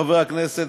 חברי הכנסת,